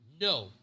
No